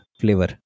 flavor